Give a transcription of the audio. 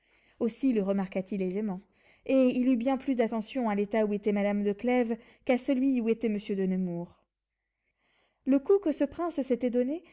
aussi le remarqua t il aisément et il eut bien plus d'attention à l'état où était madame de clèves qu'à celui où était monsieur de nemours le coup que ce prince s'était donné